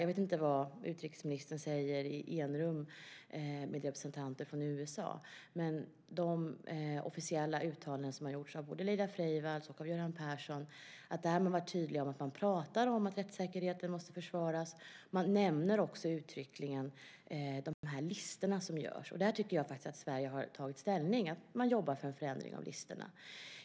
Jag vet inte vad utrikesministern säger i enrum med representanter från USA. Men i de officiella uttalanden som har gjorts av både Laila Freivalds och Göran Persson har man varit tydlig med att man pratar om att rättssäkerheten måste försvaras. Man nämner också uttryckligen de listor som görs. Där tycker jag faktiskt att Sverige har tagit ställning. Man jobbar för en förändring av listorna.